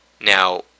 Now